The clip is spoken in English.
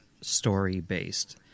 story-based